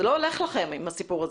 לא הולך לכם עם הסיפור הזה.